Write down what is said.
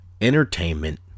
Entertainment